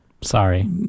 Sorry